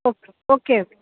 okay okay okay